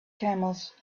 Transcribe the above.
camels